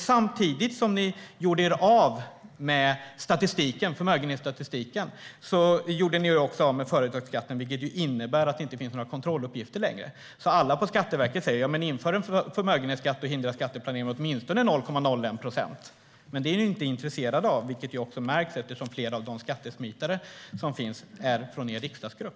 Samtidigt som ni gjorde er av med förmögenhetsstatistiken gjorde ni er också av med företagsskatten, vilket innebär att det inte finns några kontrolluppgifter längre, så alla på Skatteverket säger: Inför en förmögenhetsskatt och hindra skatteplanering med åtminstone 0,01 procent. Men det är ni inte intresserade av, vilket också märks eftersom flera av de skattesmitare som finns är från er riksdagsgrupp.